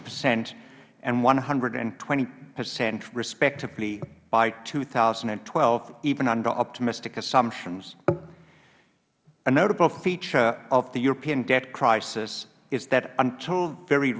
percent and one hundred and twenty percent respectively by two thousand and twelve even under optimistic assumptions a notable feature of the european debt crisis is that until very